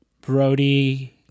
brody